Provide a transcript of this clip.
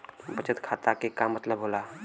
बचत खाता के का मतलब होला?